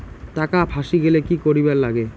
টাকা ফাঁসি গেলে কি করিবার লাগে?